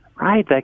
right